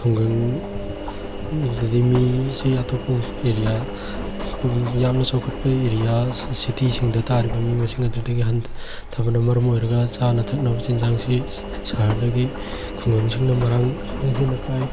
ꯈꯨꯡꯒꯪꯗꯗꯤ ꯃꯤꯁꯦ ꯑꯇꯣꯞꯄ ꯑꯦꯔꯤꯌꯥ ꯌꯥꯝꯅ ꯆꯥꯎꯈꯠꯄ ꯑꯦꯔꯤꯌꯥ ꯁꯤꯇꯤꯁꯤꯡꯗ ꯇꯥꯔꯤꯕ ꯃꯤ ꯃꯁꯤꯡ ꯑꯗꯨꯗꯒꯤ ꯍꯟꯊꯕꯅ ꯃꯔꯝ ꯑꯣꯏꯔꯒ ꯆꯥꯅ ꯊꯛꯅꯕ ꯆꯤꯟꯖꯥꯛꯁꯤ ꯁꯍꯔꯗꯒꯤ ꯈꯨꯡꯒꯪꯁꯤꯡꯅ ꯃꯔꯥꯡ ꯀꯥ ꯍꯦꯟ ꯀꯥꯏ